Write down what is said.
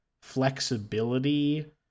flexibility